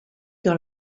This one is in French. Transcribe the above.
dans